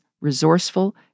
resourceful